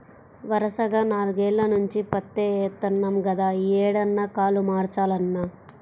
వరసగా నాల్గేల్ల నుంచి పత్తే యేత్తన్నాం గదా, యీ ఏడన్నా కాలు మార్చాలన్నా